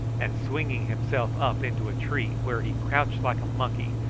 and swinging himself up into a tree, where he crouched like a monkey,